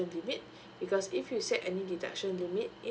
limit because if you set any deduction limit